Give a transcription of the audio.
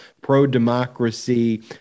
pro-democracy